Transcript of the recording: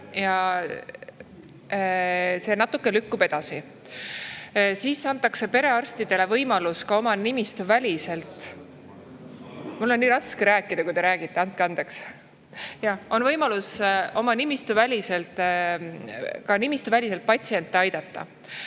aga see natuke lükkub edasi. Perearstidele antakse võimalus ka oma nimistu väliselt … Mul on nii raske rääkida, kui te räägite. Andke andeks. … on võimalus ka oma nimistu väliselt patsiente aidata.